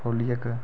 खोल्ली इक